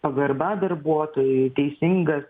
pagarba darbuotojui teisingas